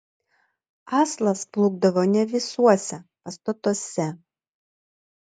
aslas plūkdavo ne visuose pastatuose